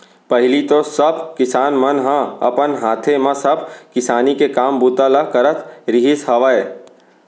पहिली तो सब किसान मन ह अपन हाथे म सब किसानी के काम बूता ल करत रिहिस हवय